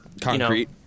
concrete